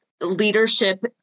leadership